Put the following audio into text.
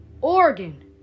Oregon